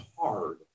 hard